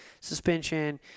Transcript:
suspension